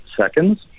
seconds